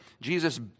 Jesus